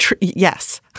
Yes